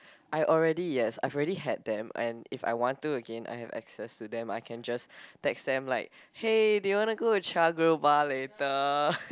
I already yes I've already had them and if I want to again I have access to them I can just text them like hey do you want to go Char Grill Bar later